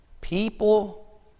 People